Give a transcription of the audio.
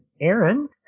Aaron